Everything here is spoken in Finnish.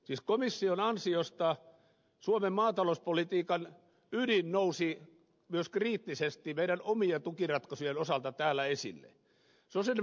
siis komission ansiosta suomen maatalouspolitiikan ydin nousi myös kriittisesti meidän omien tukiratkaisujemme osalta täällä esille